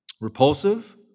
repulsive